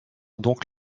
donc